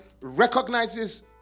recognizes